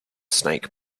snake